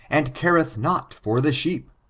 and careth not for the sheep.